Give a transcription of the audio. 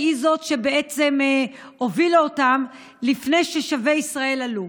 שהיא שהובילה אותם פני ש"שבי ישראל" עלו.